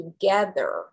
together